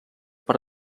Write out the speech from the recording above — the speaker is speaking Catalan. per